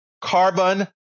Carbon